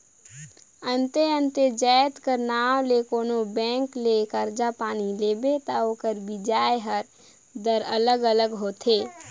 अन्ते अन्ते जाएत कर नांव ले के कोनो बेंक ले करजा पानी लेबे ता ओकर बियाज दर हर अलगे होथे